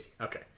Okay